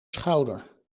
schouder